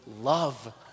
love